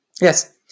Yes